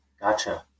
Gotcha